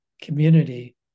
community